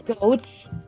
Goats